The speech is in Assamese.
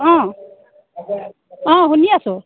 অ' অ' শুনি আছোঁ